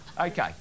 Okay